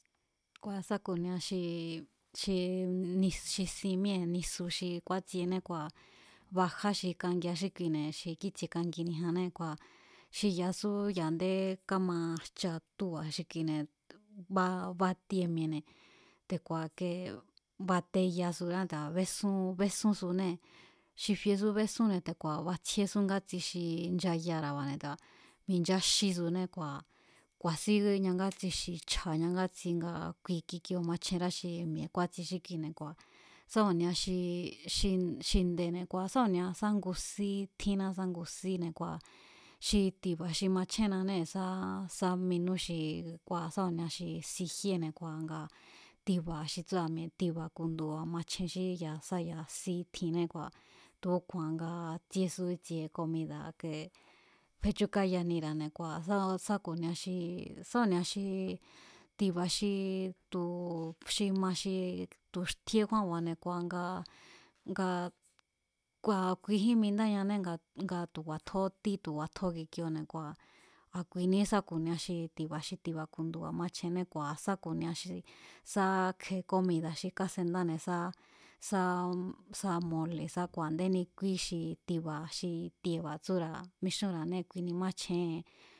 Kua̱ sá ku̱nia xi xi nis xi sin míée̱ nisu xi kúátsiene kua̱ bajá xi kangia xí kuine̱ xi kíi̱tsie kanginijanné kua̱ xi ya̱sú ya̱ a̱ndé kámajcha túba̱ xi kine̱, ba batie mi̱e̱ne̱ te̱ku̱a̱ i̱ke bateyasurá te̱ku̱a̱ bésún, besúsunée̱ xi fiesú bésúnne̱ te̱ku̱a̱ batsjíésú ngátsi xi nchayara̱ba̱ne̱ te̱ku̱a̱ mincháxísuné kua̱ ku̱a̱sín ñangátsi xi chja̱ ñangátsi nga kui kikioo̱ machjenrá xi mi̱e̱ kúátsie xí kine̱ kua̱ sá ku̱nia xi xi nde̱ne̱ sa ku̱nia sa ngu sí tjínná sá ngi síne̱ kua̱ xi ti̱ba̱ xi machjénnanée̱ sá sáminú xi kua̱ sá ku̱ni xi si jíéne̱ kua̱ ngaa̱ ti̱ba̱ xi tsúa̱ mi̱e̱ ti̱ba̱ ku̱ndu̱ba̱ machjen xí ya̱a sá ya̱a sí tjinnée̱ kua̱ tu̱úku̱a̱n nga tsiesu ítsie komida̱ fechúkáyanira̱ne̱ kua̱ sá ku̱nia xi sá ku̱nia xi ti̱ba̱ xi tu̱ xi ma xi tu̱ xtjíé kjúánba̱ne̱ kua̱ nga, nga kuijín mindáñané nga tu̱ ku̱a̱tjó tí tu̱ ku̱a̱tjó kioo̱ne̱ kua̱ a̱kuiní sá ku̱nia xi ti̱ba̱ ku̱ndu̱ba̱ machjenné kua̱ sáku̱nia xi sa kje̱ kómida̱ xi kásendáne̱ sá, sá sámole̱ sa ku a̱ndéni kúí xi ti̱ba̱ xi tieba̱ tsúra̱ mixúnra̱ne kuini máchjén.